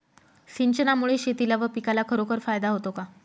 सिंचनामुळे शेतीला व पिकाला खरोखर फायदा होतो का?